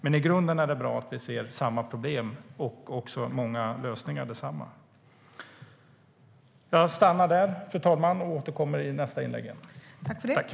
Men i grunden är det bra att vi ser samma problem och också många lösningar. Jag återkommer i mitt nästa inlägg.